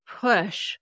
push